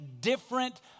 different